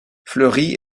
fleury